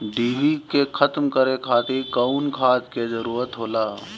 डिभी के खत्म करे खातीर कउन खाद के जरूरत होला?